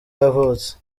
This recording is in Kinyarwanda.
yavutse